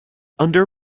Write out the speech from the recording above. under